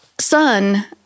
son